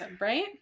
right